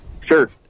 Sure